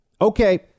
Okay